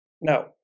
No